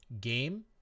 game